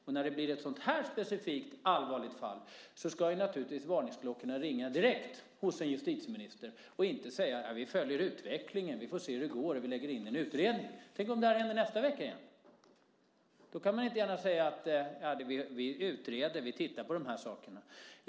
När det uppkommer ett sådant här specifikt och allvarligt fall ska varningsklockorna naturligtvis genast ringa hos en justitieminister, och hon ska inte säga: Ja, vi följer utvecklingen. Vi får se hur det går. Vi tillsätter en utredning. Tänk om det händer igen nästa vecka! Då kan man inte gärna säga att man utreder, att man tittar på de här sakerna.